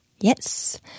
Yes